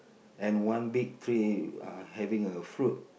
and one big tree uh having a fruit